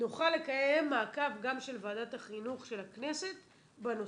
נוכל לקיים מעקב גם של ועדת החינוך של הכנסת בנושא.